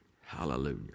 Hallelujah